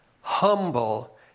humble